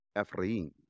Ephraim